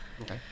Okay